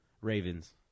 Ravens